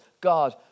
God